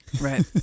Right